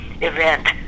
event